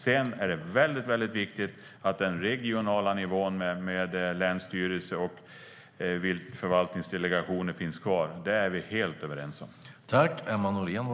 Sedan är det väldigt viktigt att den regionala nivån - länsstyrelser och viltförvaltningsdelegationer - ska finnas kvar, det är vi helt överens om.